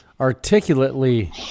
articulately